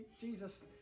Jesus